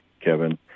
Kevin